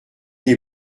est